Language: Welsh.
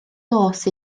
nos